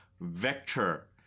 Vector